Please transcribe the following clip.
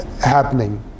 happening